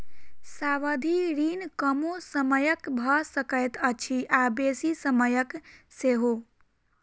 सावधि ऋण कमो समयक भ सकैत अछि आ बेसी समयक सेहो